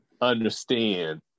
understand